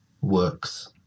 works